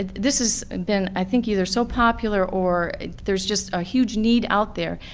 this has been i think either so popular or there's just a huge need out there,